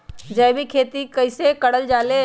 जैविक खेती कई से करल जाले?